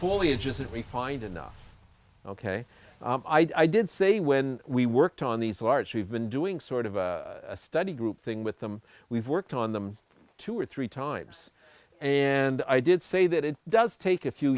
foliage is that we find enough ok i did say when we worked on these large we've been doing sort of a study group thing with them we've worked on them two or three times and i did say that it does take a few